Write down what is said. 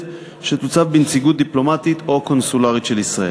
שתוצב בנציגות דיפלומטית או קונסולרית של ישראל.